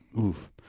oof